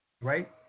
right